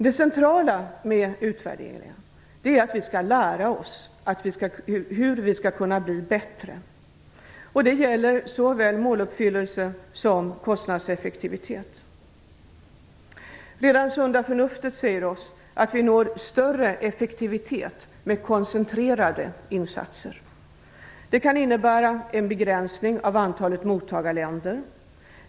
Det centrala med utvärderingarna är att vi skall lära oss hur vi skall kunna bli bättre. Det gäller såväl måluppfyllelse som kostnadseffektivitet. Redan det sunda förnuftet säger oss att vi når större effektivitet med koncentrerade insatser. Det kan innebära en begränsning av antalet mottagarländer.